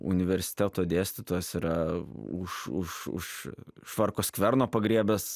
universiteto dėstytojas yra už už už švarko skverno pagriebęs